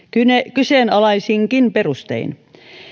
kyseenalaisinkin perustein